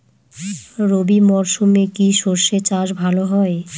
রবি মরশুমে কি সর্ষে চাষ ভালো হয়?